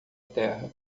terra